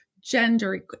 gender